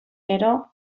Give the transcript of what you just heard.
gero